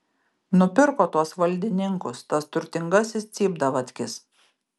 nupirko tuos valdininkus tas turtingasis cypdavatkis